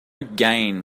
gain